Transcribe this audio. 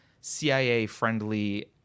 CIA-friendly